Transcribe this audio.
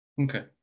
Okay